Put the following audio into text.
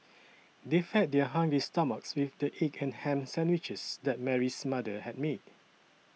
they fed their hungry stomachs with the egg and ham sandwiches that Mary's mother had made